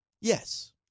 Yes